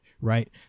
right